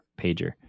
pager